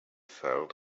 felt